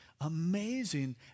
amazing